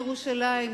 לירושלים,